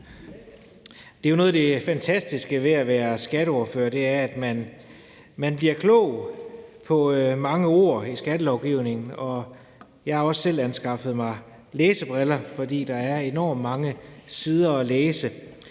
(S): Noget af det fantastiske ved at være skatteordfører er jo, at man bliver klog på mange ord i skattelovgivningen, og jeg har også selv anskaffet mig læsebriller, fordi der er enormt mange sider at læse.